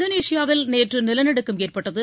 இந்தோனேஷியாவில் நேற்று நிலநடுக்கம் ஏற்பட்டது